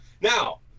now